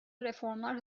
reformlar